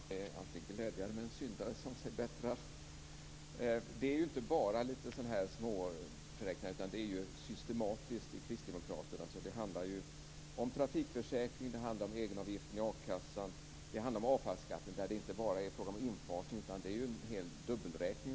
Fru talman! Det är alltid glädjande med en syndare som sig bättrar. Det handlar ju inte bara om små tillfälliga felräkningar, utan de är systematiska i kristdemokraternas budgetförslag. Det handlar om trafikförsäkringen, egenavgiften i a-kassan och om avfallsskatten, där det inte bara är fråga om infasning, utan där har ni ju gjort en total dubbelräkning.